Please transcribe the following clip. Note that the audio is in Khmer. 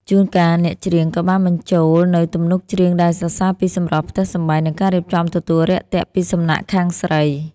ជួនកាល អ្នកច្រៀងក៏បានបញ្ចូលនូវទំនុកច្រៀងដែលសរសើរពីសម្រស់ផ្ទះសម្បែង និងការរៀបចំទទួលរាក់ទាក់ពីសំណាក់ខាងស្រី